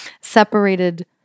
separated